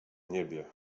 niebie